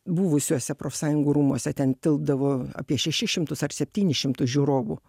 buvusiuose profsąjungų rūmuose ten tilpdavo apie šešis šimtus ar septynis šimtus žiūrovų